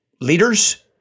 leaders